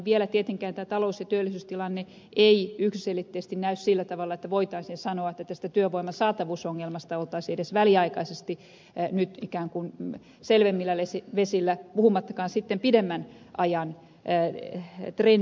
vielä tietenkään tämä talous ja työllisyystilanne ei yksiselitteisesti näy sillä tavalla että voitaisiin sanoa että tästä työvoiman saatavuusongelmasta oltaisiin edes väliaikaisesti nyt ikään kuin selvemmillä vesillä puhumattakaan sitten pidemmän ajan trendistä